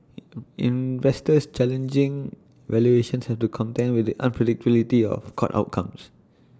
investors challenging valuations have to contend with the unpredictability of court outcomes